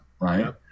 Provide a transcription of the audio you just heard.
right